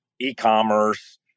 e-commerce